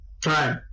Try